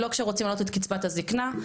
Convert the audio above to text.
לא כשרוצים להעלות את קצבת הזקנה,